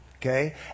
Okay